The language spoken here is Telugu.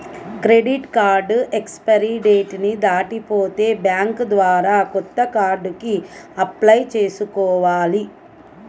క్రెడిట్ కార్డు ఎక్స్పైరీ డేట్ ని దాటిపోతే బ్యేంకు ద్వారా కొత్త కార్డుకి అప్లై చేసుకోవాలి